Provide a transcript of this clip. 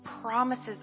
promises